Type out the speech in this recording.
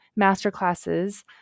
masterclasses